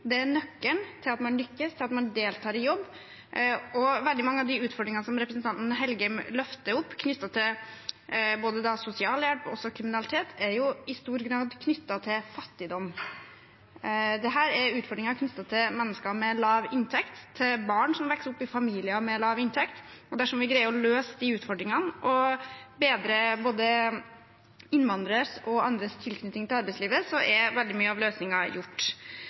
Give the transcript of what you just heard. er nøkkelen til at man lykkes, til at man deltar i jobb. Veldig mange av de utfordringene som representanten Engen-Helgheim løfter opp knyttet til både sosialhjelp og kriminalitet, er jo i stor grad knyttet til fattigdom. Dette er utfordringer knyttet til mennesker med lav inntekt og til barn som vokser opp i familier med lav inntekt. Dersom vi greier å løse de utfordringene og bedre både innvandreres og andres tilknytning til arbeidslivet, er veldig mye gjort. Noen av